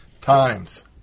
times